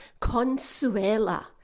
Consuela